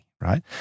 right